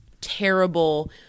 terrible